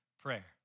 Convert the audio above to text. prayer